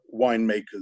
winemakers